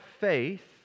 faith